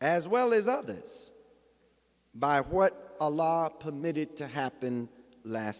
as well as others by what a law to made it to happen last